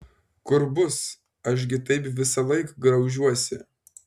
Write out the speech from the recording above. kur bus aš gi taip visąlaik graužiuosi